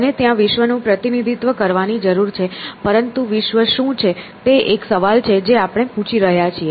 તેને ત્યાં વિશ્વનું પ્રતિનિધિત્વ કરવાની જરૂર છે પરંતુ વિશ્વ શું છે તે એક સવાલ છે જે આપણે પૂછી રહ્યા છીએ